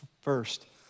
first